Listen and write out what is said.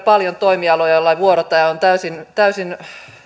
paljon toimialoja joilla vuorotyö on täysin täysin